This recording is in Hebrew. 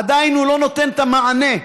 עדיין לא נותן את המענה,